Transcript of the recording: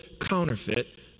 counterfeit